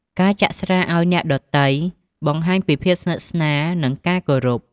ការចាក់ស្រាឲ្យអ្នកដទៃបង្ហាញពីភាពស្និទ្ធស្នាលនិងជាការគោរព។